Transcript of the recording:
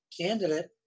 candidate